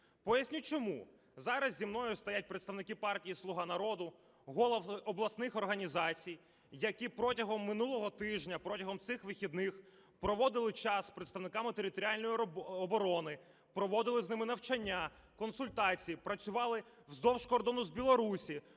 Поясню чому. Зараз зі мною стоять представники партії "Слуга народу", голови обласних організацій, які протягом минулого тижня, протягом цих вихідних проводили час з представниками територіальної оборони, проводили з ними навчання, консультації, працювали вздовж кордону з Білоруссю,